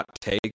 take